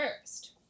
first